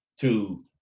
to-